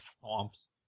swamps